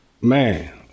Man